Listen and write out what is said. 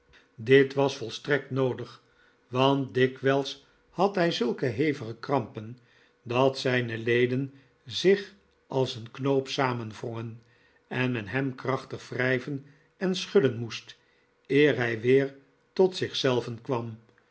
dit was volstrekt noodig want dikwijls had hij zulke hevige krampen dat zijne leden zich als een knoop samenwrongen en men hem krachtig wrijven en schudden moest eer hij weer tot zich zelven kwam